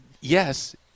Yes